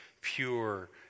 pure